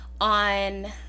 on